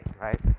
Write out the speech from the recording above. right